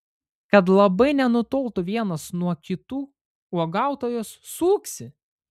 kad labai nenutoltų vienos nuo kitų uogautojos suūksi